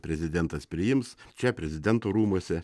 prezidentas priims čia prezidento rūmuose